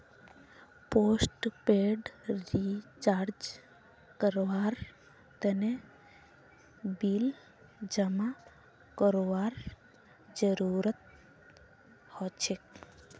postpaid recharge करवार तने bill जमा करवार जरूरत हछेक